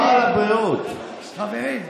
חברים,